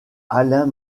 alain